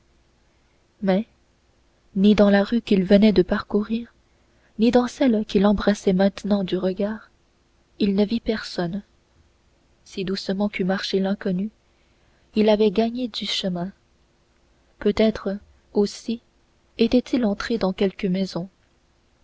mais ni dans la rue qu'il venait de parcourir ni dans celle qu'il embrassait maintenant du regard il ne vit personne si doucement qu'eût marché l'inconnu il avait gagné du chemin peut-être aussi était-il entré dans quelque maison